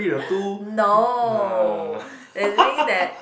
no the thing that